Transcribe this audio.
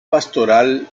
pastoral